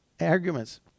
Arguments